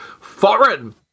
foreign